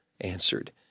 answered